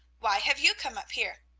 why have you come up here?